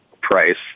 price